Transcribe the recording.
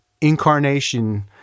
incarnation